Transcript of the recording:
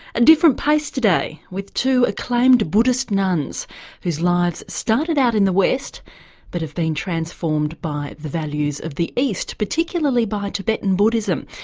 a different pace today with two acclaimed buddhist nuns whose lives started out in the west but have been transformed by the values of the east, particularly by tibetan buddhism.